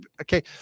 okay